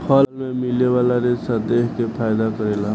फल मे मिले वाला रेसा देह के फायदा करेला